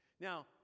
Now